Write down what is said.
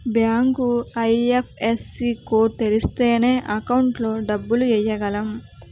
bank I F S C code తెలిస్తేనే account లో డబ్బులు ఎయ్యగలం